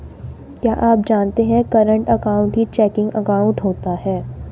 क्या आप जानते है करंट अकाउंट ही चेकिंग अकाउंट होता है